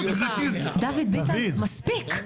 --- דוד ביטן, מספיק.